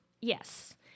Yes